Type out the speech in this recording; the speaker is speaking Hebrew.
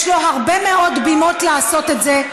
יש לו הרבה מאוד בימות לעשות את זה.